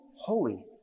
holy